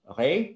Okay